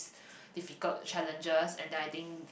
difficult challenges and then I think